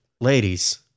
Ladies